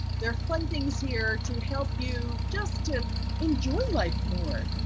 there are fun things here to help you just to enjoy life more.